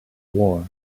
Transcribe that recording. war